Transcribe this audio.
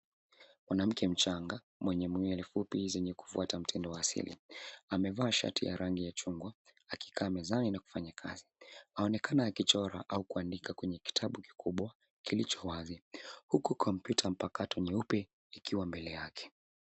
Mwanamke mchanga mwenye nywele fupi zenye kufuata mtindo asili. Amevaa shati ya rangi ya chungwa, akikaa mezani na kufanya kazi. Aonekana akichora au kuandika kwenye kitabu kikubwa kilicho wazi, huku kompyuta mpakato nyeupe ikiwa mbele yake.